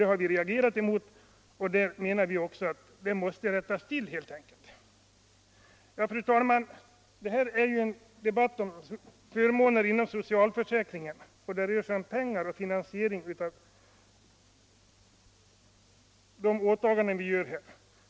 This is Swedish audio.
Det har vi reagerat emot, och vi menar att det helt enkelt måste rättas till. Fru talman! Detta är ju en debatt om förmåner inom socialförsäkringen. Det rör sig om pengar och finansiering av de åtaganden vi gör.